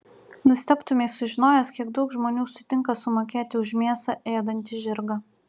nustebtumei sužinojęs kiek daug žmonių sutinka sumokėti už mėsą ėdantį žirgą